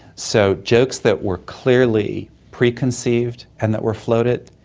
so jokes that were clearly preconceived and that were floated.